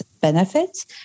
benefits